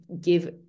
give